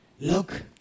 look